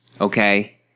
okay